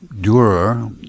Durer